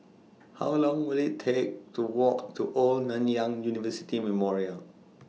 How Long Will IT Take to Walk to Old Nanyang University Memorial